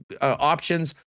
options